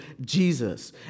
Jesus